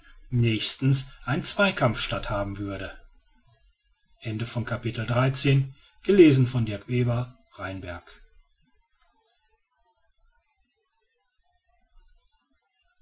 nächstens ein zweikampf statthaben würde